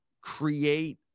create